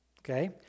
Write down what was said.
Okay